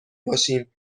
باشیم